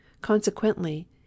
Consequently